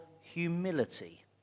humility